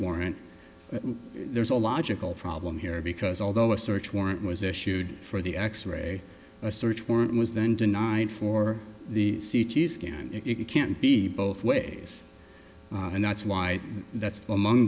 warrant there's a logical problem here because although a search warrant was issued for the x ray a search warrant was then denied for the c t scan it can't be both ways and that's why that's among